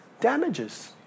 damages